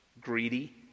greedy